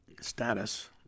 status